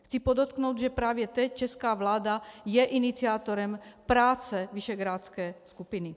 Chci podotknout, že právě teď česká vláda je iniciátorem práce visegrádské skupiny.